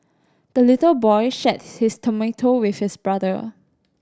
the little boy shared his tomato with his brother